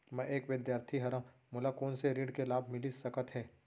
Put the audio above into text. मैं एक विद्यार्थी हरव, मोला कोन से ऋण के लाभ मिलिस सकत हे?